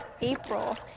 April